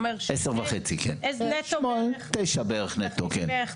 כן, 10,500, בערך 9,000 נטו.